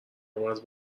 عوض